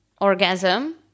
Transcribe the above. orgasm